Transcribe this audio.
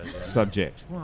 subject